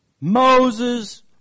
Moses